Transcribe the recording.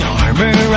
armor